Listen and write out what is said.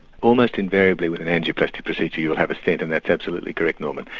almost invariably with an angioplasty procedure you'll have a stent and that's absolutely correct norman.